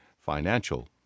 financial